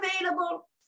available